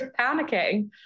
panicking